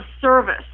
service